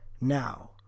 now